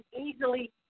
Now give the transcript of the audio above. easily